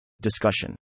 discussion